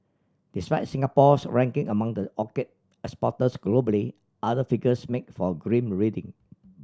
despite Singapore's ranking among the orchid exporters globally other figures make for grim reading